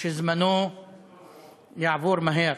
שזמנו יעבור מהר,